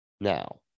Now